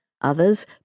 Others